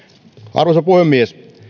arvoisa puhemies